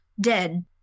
dead